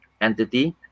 entity